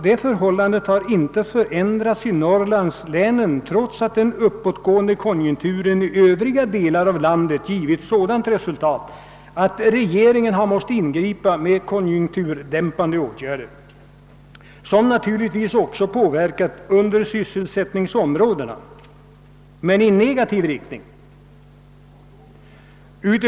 Detta förhållande har inte förändrats i Norrlandslänen, trots att den uppåtgående konjunkturen i övriga delar av landet tvingat regeringen att ingripa med konjunkturdämpande åtgärder, som naturligtvis också påverkat undersysselsättningsområdena, dock i negativ riktning.